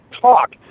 talk